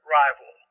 rival